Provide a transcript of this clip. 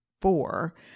four